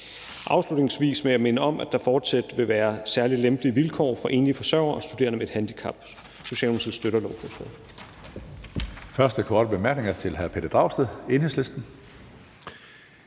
Afslutningsvis vil jeg minde om, at der fortsat vil være særlig lempelige vilkår for enlige forsørgere og studerende med et handicap. Socialdemokratiet støtter